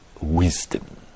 wisdom